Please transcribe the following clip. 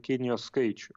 kinijos skaičių